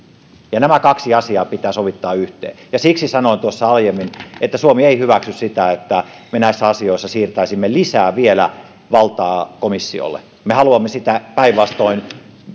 ja nämä kaksi asiaa pitää sovittaa yhteen siksi sanoin tuossa aiemmin että suomi ei hyväksy sitä että me näissä asioissa siirtäisimme vielä lisää valtaa komissiolle me haluamme sitä päinvastoin